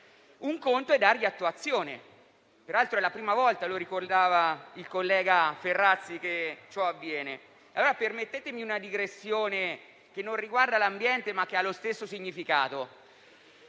cosa è dargli attuazione. Peraltro, è la prima volta - lo ricordava il collega Ferrazzi - che ciò avviene. Permettetemi allora una digressione che non riguarda l'ambiente, ma che ha lo stesso significato.